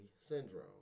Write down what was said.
syndrome